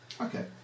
Okay